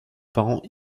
parents